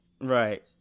Right